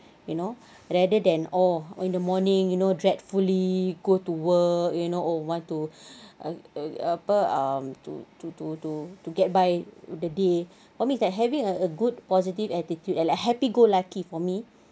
you know rather than oh in the morning you know dreadfully go to work you know oh want to a a apa um to to to to to get by the day what makes that having a a good positive attitude and like happy go lucky for me